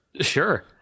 sure